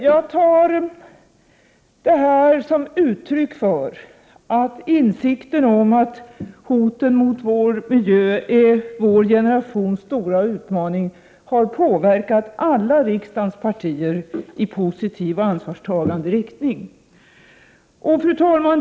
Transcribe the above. Jag tar detta som uttryck för att insikten om att hoten mot vår miljö är vår generations stora utmaning har påverkat alla riksdagens partier i positiv och ansvarstagande riktning. Fru talman!